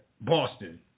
Boston